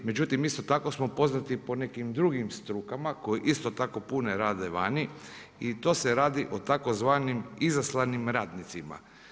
Međutim, isto tako smo poznati po nekim drugim strukama koji isto tako puno rade vani i to se radi o tzv. izaslanim radnicima.